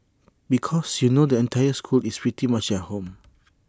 because you know the entire school is pretty much at home